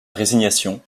résignation